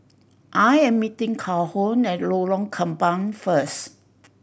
I am meeting Calhoun at Lorong Kembang first